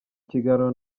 kiganiro